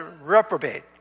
reprobate